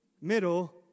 middle